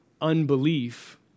unbelief